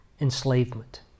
enslavement